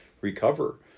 recover